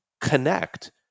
connect